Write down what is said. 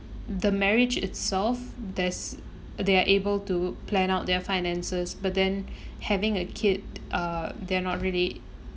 the marriage itself there's they are able to plan out their finances but then having a kid uh they're not really